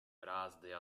brázdy